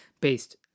based